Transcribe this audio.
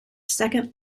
second